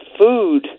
food